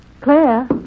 Claire